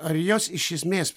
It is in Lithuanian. ar jos iš esmės